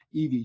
EV